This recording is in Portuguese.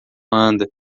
anda